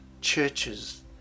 churches